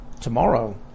tomorrow